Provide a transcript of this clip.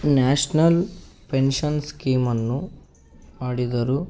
national pension ಸ್ಕೀಮ್ಅನ್ನು ಮಾಡಿದರು